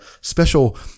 special